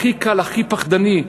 הכי קל, הכי פחדני,